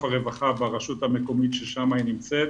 רווחה ברשות המקומית ששם היא נמצאת.